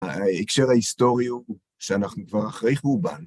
ההקשר ההיסטורי הוא שאנחנו כבר אחרי חורבן.